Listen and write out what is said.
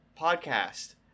podcast